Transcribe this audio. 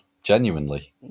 Genuinely